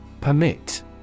Permit